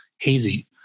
hazy